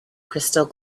crystal